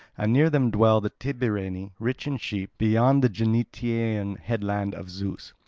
and near them dwell the tibareni, rich in sheep, beyond the genetaean headland of zeus,